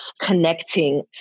connecting